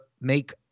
make